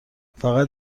فقط